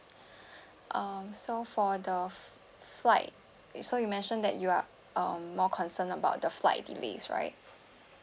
um so for the flight it's so you mention that you are um more concerned about the flight delays right